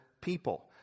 people